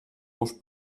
los